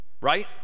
Right